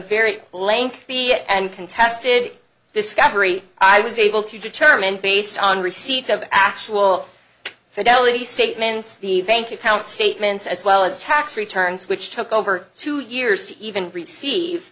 very lengthy and contested discovery i was able to determine based on receipt of actual fidelity statements the bank account statements as well as tax returns which took over two years to even receive